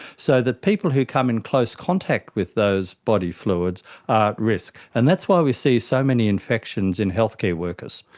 so the people who come in close contact with those body fluids are at risk, and that's why we see so many infections in healthcare workers.